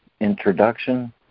Introduction